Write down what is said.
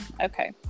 okay